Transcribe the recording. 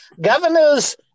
Governors